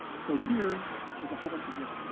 so here there's a whole bunch of gear.